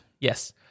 Yes